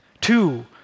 Two